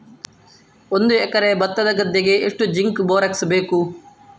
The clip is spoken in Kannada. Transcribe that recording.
ಒಂದು ಎಕರೆ ಭತ್ತದ ಗದ್ದೆಗೆ ಎಷ್ಟು ಜಿಂಕ್ ಬೋರೆಕ್ಸ್ ಬೇಕು?